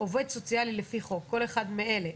"עובד סוציאלי לפי חוק" כל אחד מאלה: